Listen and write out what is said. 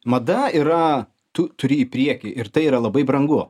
mada yra tu turi į priekį ir tai yra labai brangu